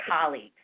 colleagues